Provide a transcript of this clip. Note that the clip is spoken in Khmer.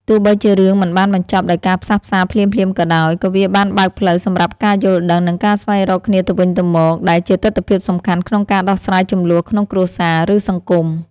ទោះបីជារឿងមិនបានបញ្ចប់ដោយការផ្សះផ្សារភ្លាមៗក៏ដោយ ក៏វាបានបើកផ្លូវសម្រាប់ការយល់ដឹង និងការស្វែងរកគ្នាទៅវិញទៅមក ដែលជាទិដ្ឋភាពសំខាន់ក្នុងការដោះស្រាយជម្លោះក្នុងគ្រួសារ ឬសង្គម។